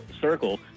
circle